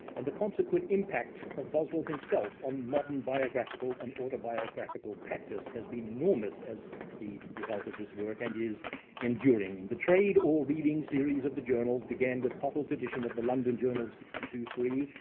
and the consequent impact of boswell himself on modern biographical and autobiographical practice has been enormous as the result of this work, and is enduring. the trade, or reading, series of the journals began with pottle's edition of the london journal of sixty two,